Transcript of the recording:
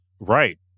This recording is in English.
Right